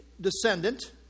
descendant